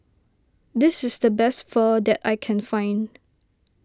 this is the best Pho that I can find